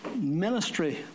ministry